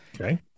Okay